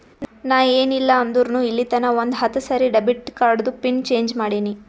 ನಾ ಏನ್ ಇಲ್ಲ ಅಂದುರ್ನು ಇಲ್ಲಿತನಾ ಒಂದ್ ಹತ್ತ ಸರಿ ಡೆಬಿಟ್ ಕಾರ್ಡ್ದು ಪಿನ್ ಚೇಂಜ್ ಮಾಡಿನಿ